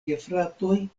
gefratoj